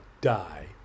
die